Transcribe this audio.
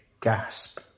gasp